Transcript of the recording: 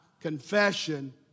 confession